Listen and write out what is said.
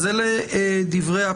אלה דברי הפתיחה.